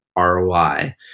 ROI